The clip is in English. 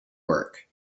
work